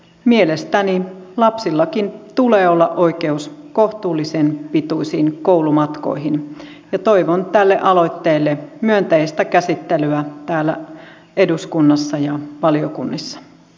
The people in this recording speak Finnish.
mielestäni lapsillakin tulee olla oikeus kohtuullisen pituisiin koulumatkoihin ja toivon tälle aloitteelle myönteistä käsittelyä täällä eduskunnassa ja valiokunnissa